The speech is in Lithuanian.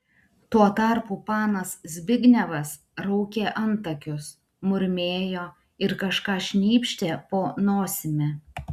tuo tarpu panas zbignevas raukė antakius murmėjo ir kažką šnypštė po nosimi